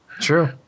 true